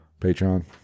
Patreon